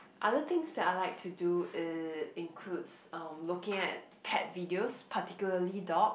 other things that I like to do eh includes um looking at pet videos particularly dog